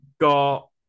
got